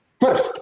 First